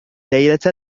ليلة